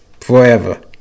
forever